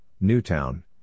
Newtown